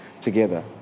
together